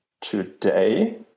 today